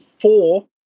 Four